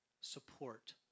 support